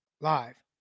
live